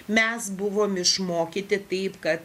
mes buvom išmokyti taip kad